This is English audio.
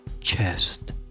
chest